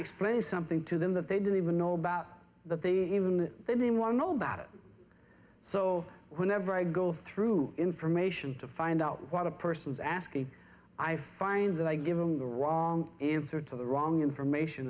explain something to them that they didn't even know about that they even then anyone know about it so whenever i go through information to find out what a person's asking i find that i give them the wrong answer to the wrong information